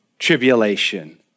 tribulation